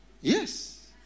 Yes